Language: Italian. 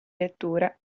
lettura